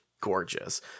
gorgeous